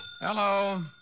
Hello